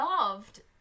loved